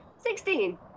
Sixteen